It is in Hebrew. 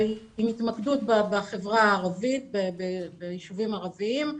עם התמקדות ביישובים הערביים,